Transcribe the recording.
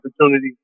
opportunity